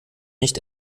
nicht